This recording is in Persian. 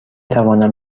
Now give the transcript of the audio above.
توانم